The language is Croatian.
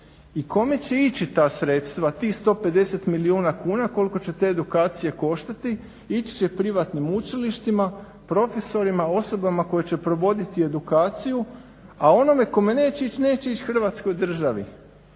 i kome će ići ta sredstva, tih 150 milijuna kuna koliko će te edukacije koštati. Ići će privatnim učilištima, profesorima, osobama koje će provoditi edukaciju a onome kome neće ići, neće ići Hrvatskoj državi.